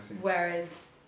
Whereas